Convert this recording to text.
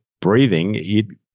breathing